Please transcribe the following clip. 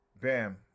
Bam